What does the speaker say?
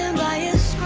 maya's